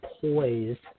poised